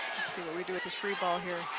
see what we do with this free ball here.